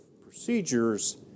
procedures